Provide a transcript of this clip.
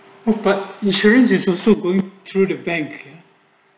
oh but insurance is also going through the bank